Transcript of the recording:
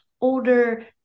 older